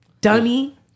dummy